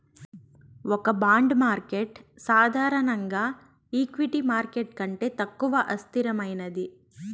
ఒక bond market సాధారణంగా equity market కంటే తక్కువ అస్థిరమైనది